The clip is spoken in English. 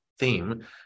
theme